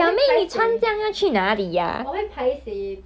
你去哪里 orh 我去 town 住哪里我 like oh